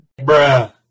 Bruh